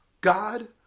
God